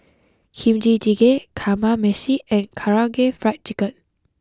Kimchi Jjigae Kamameshi and Karaage Fried Chicken